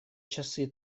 часы